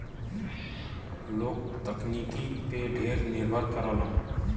लोग तकनीकी पे ढेर निर्भर करलन